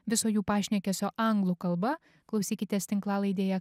viso jų pašnekesio anglų kalba klausykitės tinklalaidėje